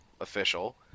official